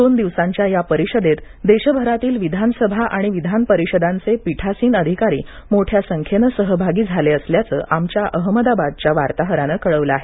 दोन दिवसांच्या या परिषदेत देशभरातील विधानसभा आणि विधान परिषदांचे अधिकारी मोठ्या संख्येनं सहभागी झाले असल्याचं आमच्या अहमदाबादच्या वार्ताहरानं कळवलं आहे